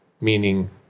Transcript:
meaning